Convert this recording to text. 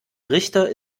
richter